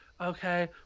okay